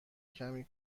کمی